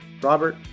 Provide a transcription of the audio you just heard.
Robert